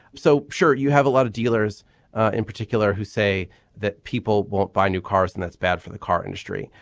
so sure you have a lot of dealers in particular who say that people won't buy new cars and that's bad for the car industry.